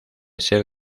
ser